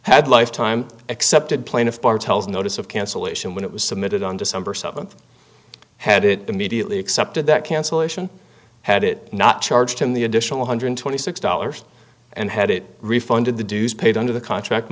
had lifetime accepted plaintiff's bar tells a notice of cancellation when it was submitted on december seventh had it immediately accepted that cancellation had it not charged him the additional one hundred twenty six dollars and had it refunded the dues paid under the contract